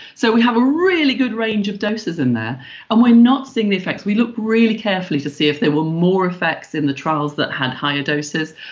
so we have a really good range of doses in there and we are not seeing the effects. we looked really carefully to see if there were more in the trials that had higher doses.